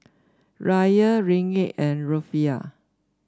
Riyal Ringgit and Rufiyaa